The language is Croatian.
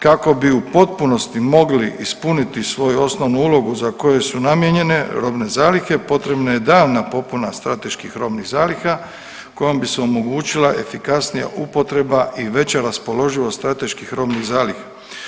Kako bi u potpunosti mogli ispuniti svoju osnovnu ulogu za koje su namijenjene robne zalihe potrebna je davna popuna strateških robnih zaliha kojom bi se omogućila efikasnija upotreba i veća raspoloživost strateških robnih zaliha.